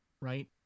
Right